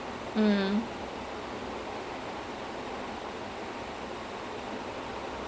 ஒன்னா:onna so the mutton is probably marinating for the whole night or something or maybe two days who knows